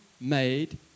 made